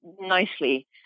nicely